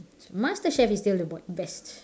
master chef is still the best